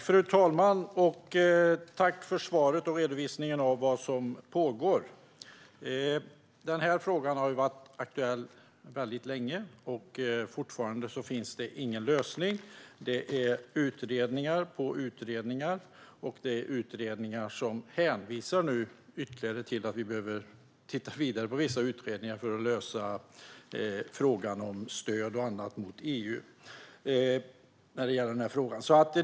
Fru talman! Tack för svaret och redovisningen av vad som pågår! Frågan har varit aktuell väldigt länge, och fortfarande finns ingen lösning. Det är utredningar på utredningar, och det finns utredningar som hänvisar till att vi ytterligare behöver titta vidare i vissa utredningar för att lösa frågan om stöd och annat från EU.